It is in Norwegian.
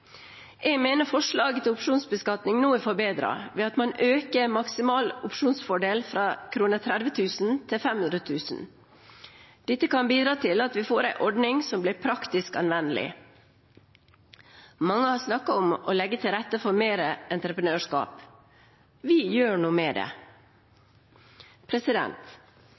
Jeg mener forslaget til opsjonsbeskatning nå er forbedret ved at man øker maksimal opsjonsfordel fra 30 000 til 500 000 kr. Dette kan bidra til at vi får en ordning som blir praktisk anvendelig. Mange har snakket om å legge til rette for mer entreprenørskap. Vi gjør noe med det.